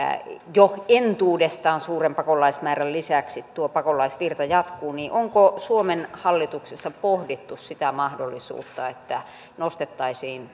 jo entuudestaan suuren pakolaismäärän lisäksi tuo pakolaisvirta jatkuu niin onko suomen hallituksessa pohdittu sitä mahdollisuutta että nostettaisiin